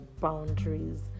boundaries